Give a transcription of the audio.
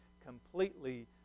completely